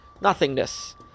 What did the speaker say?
nothingness